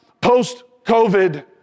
post-COVID